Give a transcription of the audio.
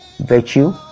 Virtue